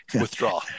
withdraw